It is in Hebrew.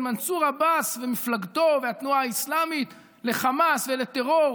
מנסור עבאס ומפלגתו והתנועה האסלאמית לחמאס ולטרור.